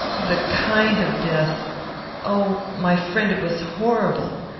the kind of death oh! my friend! it was horrible.